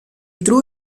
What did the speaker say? threw